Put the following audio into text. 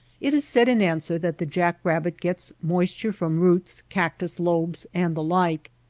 it is said in answer that the jack-rabbit gets moisture from roots, cactus-lobes and the like.